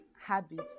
habit